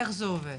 איך זה עובד?